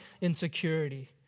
insecurity